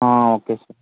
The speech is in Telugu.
okay sir